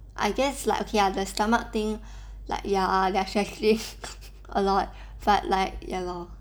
I guess like okay ah the stomach thing like ya there's actually a lot but like ya lor